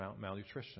malnutrition